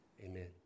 Amen